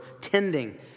tending